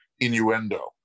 innuendo